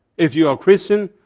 if you are christian,